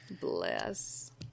Bless